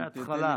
מהתחלה.